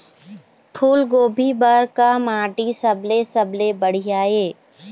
फूलगोभी बर का माटी सबले सबले बढ़िया ये?